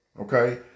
Okay